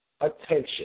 attention